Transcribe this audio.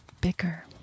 bigger